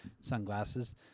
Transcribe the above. sunglasses